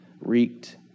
wreaked